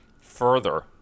further